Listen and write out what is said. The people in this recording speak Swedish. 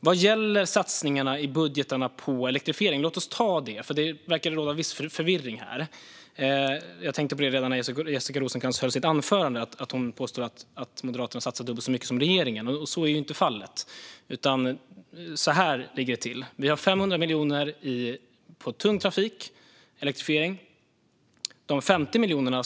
Låt oss ta det här med satsningarna i budgetarna på elektrifiering. Det verkar råda viss förvirring om det. Jag tänkte på det redan när Jessica Rosencrantz höll sitt anförande. Hon påstod att Moderaterna satsar dubbelt så mycket som regeringen. Så är inte fallet. Så här ligger det till: Vi lägger 500 miljoner på elektrifiering av tung trafik. De 50 miljoner